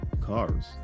cars